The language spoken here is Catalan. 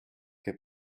què